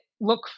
look